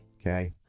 Okay